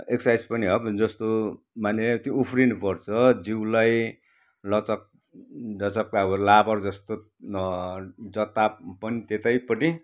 exercise पनि हो अब जस्तो माने त्यो उफ्रिनु पर्छ जिउलाई लचक लचक अब लाबर जस्तो जता पनि त्यतैपट्टि